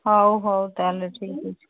ହଉ ହଉ ତା'ହେଲେ ଠିକ୍ ଅଛି